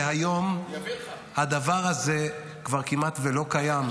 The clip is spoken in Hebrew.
היום הדבר הזה כבר כמעט שלא קיים?